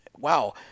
Wow